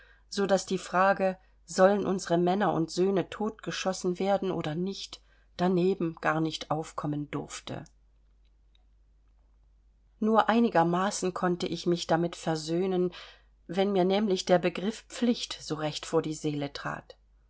läßt sodaß die frage sollen unsere männer und söhne totgeschossen werden oder nicht daneben gar nicht aufkommen durfte nur einigermaßen versöhnen wenn mir nämlich der begriff pflicht so recht vor die seele trat